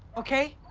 ok?